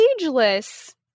ageless